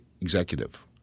executive